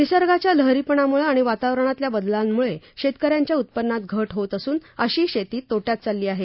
निसर्गाच्या लहरीपणामुळ आणि वातावरणातल्या बदलांमुळ शेतकऱ्यांच्या उत्पन्नात घट होत असून शेती तोट्यात चालली आहे